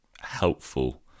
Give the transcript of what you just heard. helpful